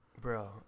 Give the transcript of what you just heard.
Bro